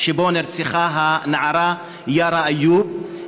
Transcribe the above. שבו נרצחה הנערה יארא איוב.